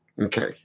Okay